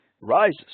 rises